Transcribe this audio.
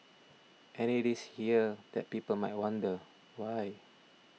and it is here that people might wonder why